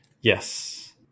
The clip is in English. yes